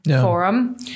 forum